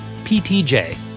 ptj